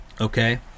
Okay